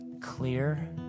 clear